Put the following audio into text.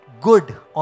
good